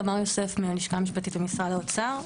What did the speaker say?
תמר יוסף, מהשלכה המשפטית במשרד האוצר.